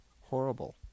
horrible